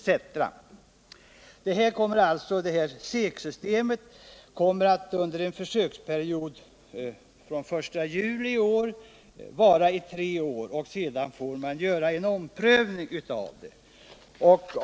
SEK-systemet kommer att tillämpas under en försöksperiod på tre år med början den 1 juli i år. Sedan får man göra en omprövning.